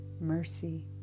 mercy